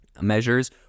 Measures